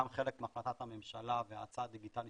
גם כחלק מהצעת הממשלה וההאצה הדיגיטלית